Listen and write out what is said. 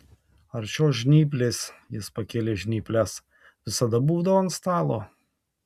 ar šios žnyplės jis pakėlė žnyples visada būdavo ant stalo